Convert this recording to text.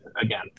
again